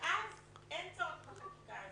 ואז אין צורך בחקיקה הזו.